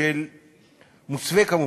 מוסווה כמובן,